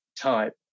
type